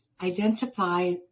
identify